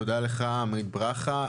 תודה לך, עמית ברכה.